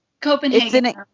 Copenhagen